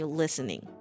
listening